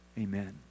Amen